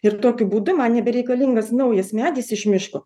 ir tokiu būdu man nebereikalingas naujas medis iš miško